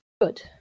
Good